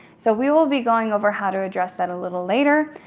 so we will be going over how to address that a little later.